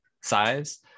size